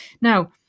Now